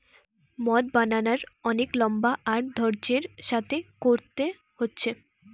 মদ বানানার অনেক লম্বা আর ধৈর্য্যের সাথে কোরতে হচ্ছে